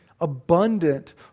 abundant